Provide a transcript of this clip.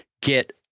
get –